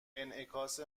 انعکاس